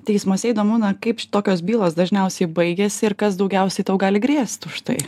teismuose įdomu na kaip tokios bylos dažniausiai baigiasi ir kas daugiausiai tau gali grėst už tai